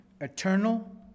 eternal